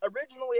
Originally